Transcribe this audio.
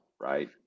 right